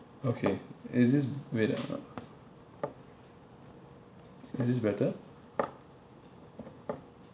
okay is this wait uh is this better